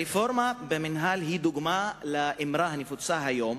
הרפורמה במינהל היא דוגמה לאמרה הנפוצה היום: